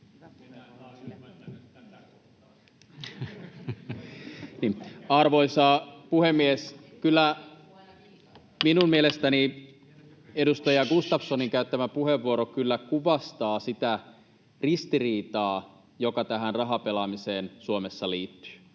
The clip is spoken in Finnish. koputtaa] Kyllä minun mielestäni edustaja Gustafssonin käyttämä puheenvuoro kuvastaa sitä ristiriitaa, joka tähän rahapelaamiseen Suomessa liittyy.